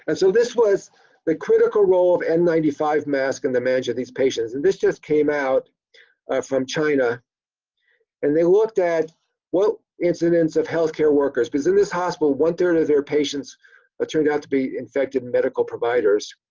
and so this was the critical role of n nine five mask in the management of these patients. and this just came out from china and they looked at incidents incidents of health care workers because in this hospital, one third of their patients ah turned out to be infected medical providers.